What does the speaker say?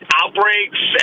outbreaks